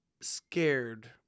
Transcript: scared